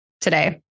today